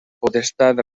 potestat